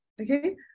Okay